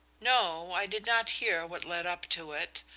no i did not hear what led up to it,